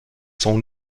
son